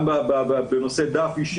שהם לא בשכר גם אם הם תואמים,